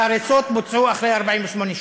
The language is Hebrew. וההריסות בוצעו אחרי 48 שעות.